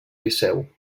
liceu